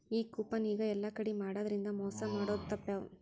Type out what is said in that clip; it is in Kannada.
ಈ ಕೂಪನ್ ಈಗ ಯೆಲ್ಲಾ ಕಡೆ ಮಾಡಿದ್ರಿಂದಾ ಮೊಸಾ ಮಾಡೊದ್ ತಾಪ್ಪ್ಯಾವ